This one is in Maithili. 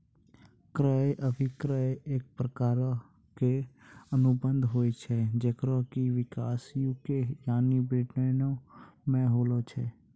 क्रय अभिक्रय एक प्रकारो के अनुबंध होय छै जेकरो कि विकास यू.के यानि ब्रिटेनो मे होलो छै